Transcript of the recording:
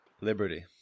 liberty